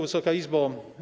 Wysoka Izbo!